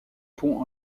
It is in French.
ponts